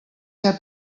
ser